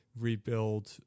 rebuild